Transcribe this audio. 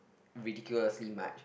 ridiculously much